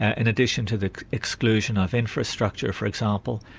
and addition to the exclusion of infrastructure for example,